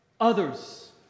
others